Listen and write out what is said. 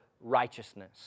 righteousness